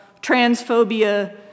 transphobia